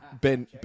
Ben